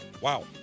Wow